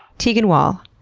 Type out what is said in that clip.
teagan wall.